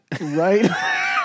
right